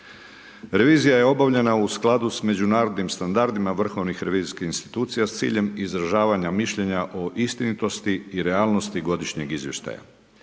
Revizija je obavljena u skladu sa međunarodnim standardima vrhovnih revizijskih institucija s ciljem izražavanja mišljenja o istinitosti i realnosti godišnjeg izvještaja.